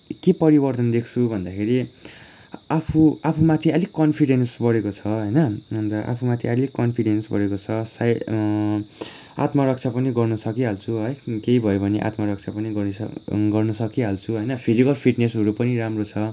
के परिवर्तन देख्छु भन्दाखेरि आफू आफूमाथि अलिक कन्फिडेन्स बढेको छ होइन अन्त आफूमाथि अलिक कन्फिडेन्स बढेको छ सायद आत्मरक्षा पनि गर्न सकिहाल्छु है केही भयो भने आत्मरक्षा पनि गरिस गर्न सकिहाल्छु होइन फिजिकल फिटनेसहरू पनि राम्रो छ